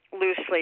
loosely